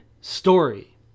story